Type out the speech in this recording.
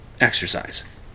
exercise